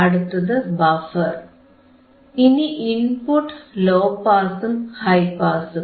അടുത്തത് ബഫർ ഇനി input low പാസും ഹൈ പാസും